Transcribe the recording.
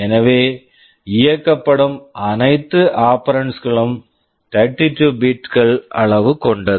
எனவே இயக்கப்படும் அனைத்து ஆபெரண்ட்ஸ் operands களும் 32 பிட் bit கள் அளவு கொண்டது